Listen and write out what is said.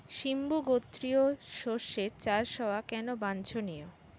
সিম্বু গোত্রীয় শস্যের চাষ হওয়া কেন বাঞ্ছনীয়?